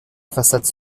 façade